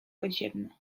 podziemne